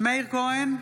מאיר כהן,